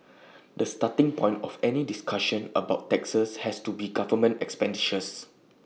the starting point of any discussion about taxes has to be government expenditures